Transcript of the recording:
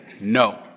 no